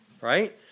right